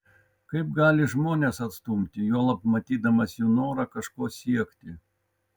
kaip gali žmones atstumti juolab matydamas jų norą kažko siekti